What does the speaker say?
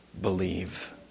believe